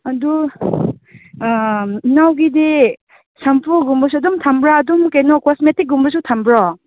ꯑꯗꯨ ꯏꯅꯥꯎꯒꯤꯗꯤ ꯁꯝꯄꯨꯒꯨꯝꯕꯁꯨ ꯑꯗꯨꯝ ꯊꯝꯕ꯭ꯔꯥ ꯑꯗꯨꯝ ꯀꯩꯅꯣ ꯀꯣꯁꯃꯦꯇꯤꯛ ꯀꯨꯝꯕꯁꯨ ꯊꯝꯕ꯭ꯔꯣ